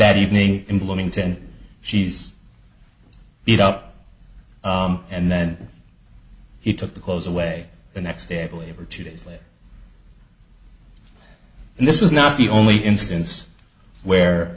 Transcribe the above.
that evening in bloomington she's beat up and then he took the clothes away the next day i believe or two days later and this is not the only instance where